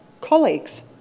colleagues